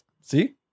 See